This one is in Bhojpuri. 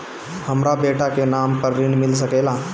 हमरा बेटा के नाम पर ऋण मिल सकेला?